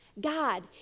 God